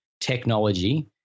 technology